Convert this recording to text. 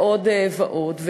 ועוד ועוד.